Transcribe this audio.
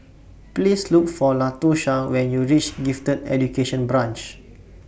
Please Look For Latosha when YOU REACH Gifted Education Branch